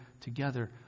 together